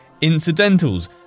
incidentals